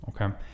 Okay